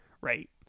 right